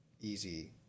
easy